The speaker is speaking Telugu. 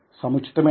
సముచితమైన ఐ